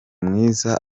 mwiza